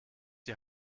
die